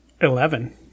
Eleven